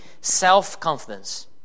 self-confidence